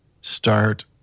start